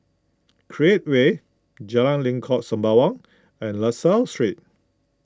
Create Way Jalan Lengkok Sembawang and La Salle Street